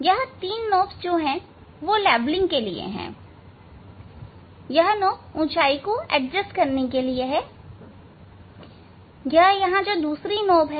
यह 3 knob levelling के लिए है यह नॉबस ऊंचाई को एडजस्ट करने के लिए हैं और यह यहां दूसरी नॉब है